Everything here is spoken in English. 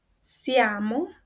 siamo